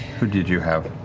who did you have?